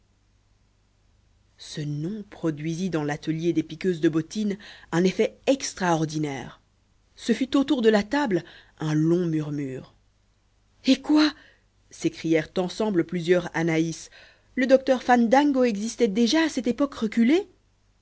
ce nom produisit dans l'atelier des piqueuses de bottines un effet extraordinaire ce fut autour de la table un long murmure et quoi s'écrièrent ensemble plusieurs anaïs le docteur fandango existait déjà à cette époque reculée